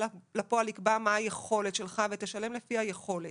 לפועל יקבע מה היכולת שלך ותשלם לפי היכולת.